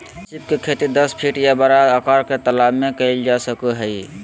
सीप के खेती दस फीट के या बड़ा आकार के तालाब में कइल जा सको हइ